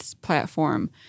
platform